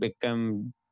become